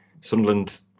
Sunderland